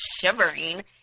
shivering